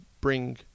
bring